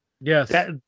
Yes